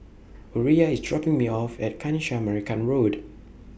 Uriah IS dropping Me off At Kanisha Marican Road